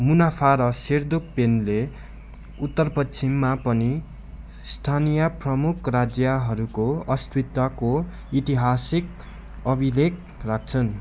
मुनाफा र सेर्दुक्पेनले उत्तरपश्चिममा पनि स्थानीय प्रमुख राज्यहरूको अस्विताको ऐतिहासिक अभिलेख राख्छन्